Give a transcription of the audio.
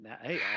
Hey